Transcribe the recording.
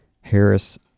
harris